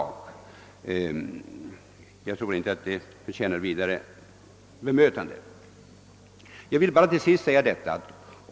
Jag tycker inte att de förtjänar vidare bemötande.